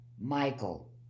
Michael